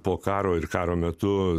po karo ir karo metu